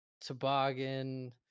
toboggan